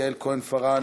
יעל כהן-פארן,